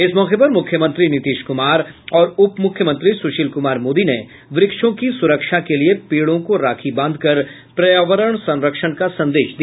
इस मौके पर मुख्यमंत्री नीतीश कुमार और उपमुख्यमंत्री सुशील कुमार मोदी ने वृक्षों की सुरक्षा के लिए पेड़ों को राखी बांधकर पर्यावरण संरक्षण का संदेश दिया